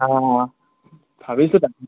অঁ অঁ ভাবিছোঁ তাকে